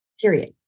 Period